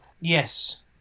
Yes